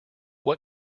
what